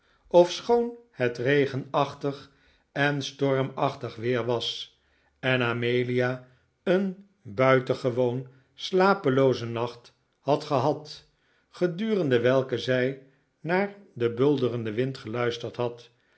ofschoon het regenachtig en stormachtig weer was en amelia een buitengewoon slapeloozen nacht had gehad gedurende welken zij naar den bulderenden wind geluisterd had